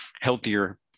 healthier